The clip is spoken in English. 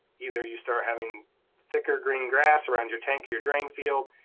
either you start having thicker green grass around your tank or your drain field.